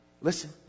listen